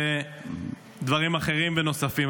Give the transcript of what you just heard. ודברים אחרים ונוספים.